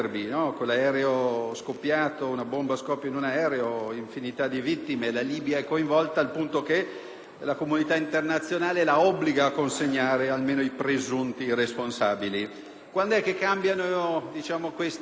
la comunità internazionale la obbliga a consegnare almeno i presunti responsabili. Quando è che cambiano questi rapporti? La normalizzazione avviene, più o meno, nel 2003, quando la Libia finalmente